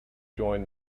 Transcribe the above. join